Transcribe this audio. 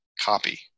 copy